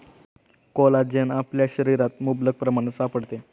collagen आपल्या शरीरात मुबलक प्रमाणात सापडते